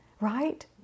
right